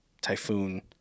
typhoon